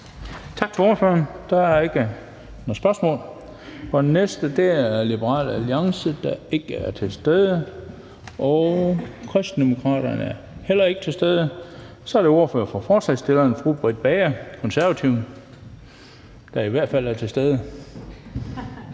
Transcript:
Tak til ordføreren. Der er ikke nogen korte bemærkninger. De næste er Liberal Alliance, der ikke er til stede, og Kristendemokraterne er heller ikke til stede. Så er det ordføreren for forslagsstillerne, fru Britt Bager, Det Konservative Folkeparti, der i hvert fald er til stede.